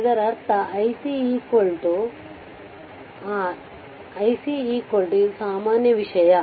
ಇದರರ್ಥ iC ಇದು ಸಾಮಾನ್ಯ ವಿಷಯ